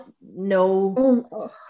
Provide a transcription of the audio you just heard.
no